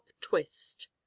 twist